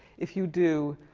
if you do